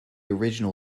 original